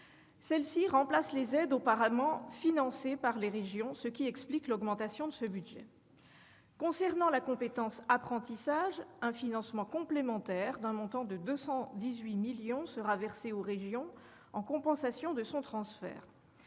Celle-ci remplace des aides auparavant financées par les régions, ce qui explique l'augmentation de ce budget. Concernant la compétence apprentissage, un financement complémentaire d'un montant de 218 millions d'euros sera versé aux régions en compensation de son transfert.